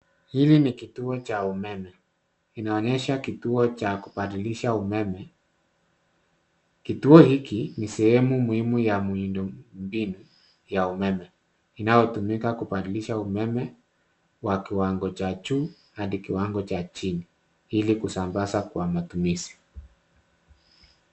Hili ni kituo cha umeme, inaonyesha kituo cha kubadilisha umeme. Kituo hiki ni sehemu muhimu ya miundo mbinu ya umeme, inaotumika kubadilisha umeme wa kiwango cha juu hadi kiwango cha chini, ili kusambaza kwa matumizi.